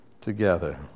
together